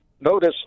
notice